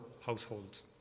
households